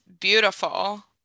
beautiful